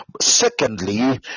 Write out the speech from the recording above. secondly